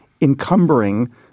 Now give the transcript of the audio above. encumbering